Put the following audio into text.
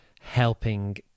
helping